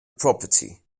property